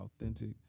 authentic